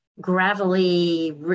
gravelly